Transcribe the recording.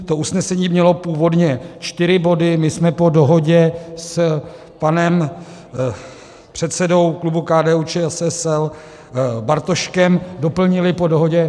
To usnesení mělo původně čtyři body, my jsme po dohodě s panem předsedou klubu KDUČSL Bartoškem doplnili po dohodě...